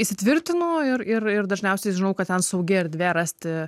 įsitvirtinu ir ir ir dažniausiai žinau kad ten saugi erdvė rasti